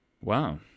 Wow